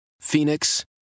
Phoenix